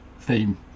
theme